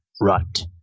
rut